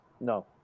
No